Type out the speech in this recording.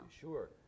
Sure